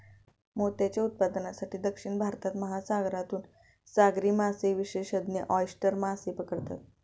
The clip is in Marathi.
मोत्यांच्या उत्पादनासाठी, दक्षिण भारतात, महासागरातून सागरी मासेविशेषज्ञ ऑयस्टर मासे पकडतात